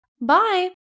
Bye